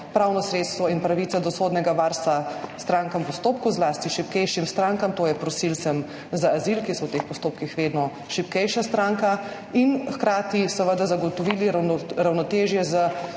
pravno sredstvo in pravico do sodnega varstva strankam v postopku, zlasti šibkejšim strankam, to je prosilcem za azil, ki so v teh postopkih vedno šibkejša stranka, in hkrati seveda zagotovili ravnotežje